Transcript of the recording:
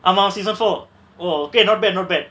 ஆமா:aama season four oh okay not bad not bad